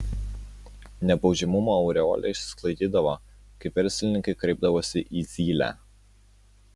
nebaudžiamumo aureolė išsisklaidydavo kai verslininkai kreipdavosi į zylę